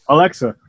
Alexa